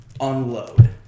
unload